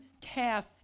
Calf